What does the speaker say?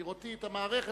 בראותי את המערכת,